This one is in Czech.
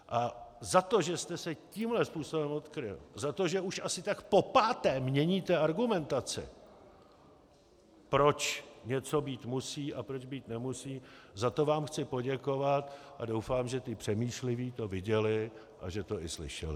A za to, že jste se tímto způsobem odkryl, za to, že už asi tak popáté měníte argumentaci, proč něco být musí a proč být nemusí, za to vám chci poděkovat a doufám, že ti přemýšliví to viděli a že to i slyšeli.